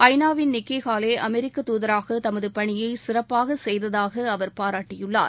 ஐநாவில் Nikki Haley அமெரிக்க தூதராக தமது பணியை சிறப்பாக செய்ததாக அவா பாராட்டியுள்ளார்